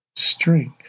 strength